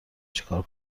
چیکار